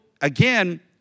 again